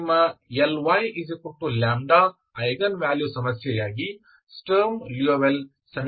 ಇದು ನಿಮ್ಮ Lyλ eigen value ಸಮಸ್ಯೆಯಾಗಿ ಸ್ಟರ್ಮ್ ಲಿಯೋವಿಲ್ಲೆ ಸಮೀಕರಣವಾಗಿದೆ